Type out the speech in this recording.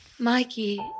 Mikey